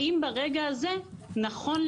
האם ברגע הזה נכון לאשר הארכה.